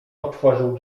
otworzył